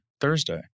Thursday